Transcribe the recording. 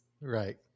Right